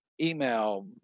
email